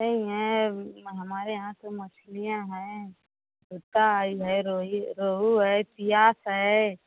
नहीं हैं हमारे यहाँ तो मछलियाँ हैं का ई है रोहू है पियास है